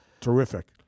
Terrific